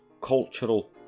cultural